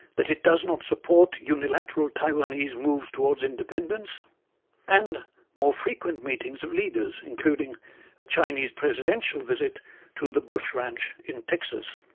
that it does not support unilateral taiwanese moves toward independence and more frequent meetings of leaders, including a chinese presidential visit to the bush ranch in texas.